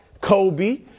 Kobe